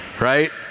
right